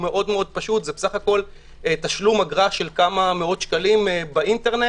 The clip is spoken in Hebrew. פשוט בסך הכול תשלום אגרה של כמה מאות שקלים באינטרנט,